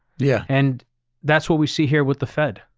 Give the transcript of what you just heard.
yeah. and that's what we see here with the fed,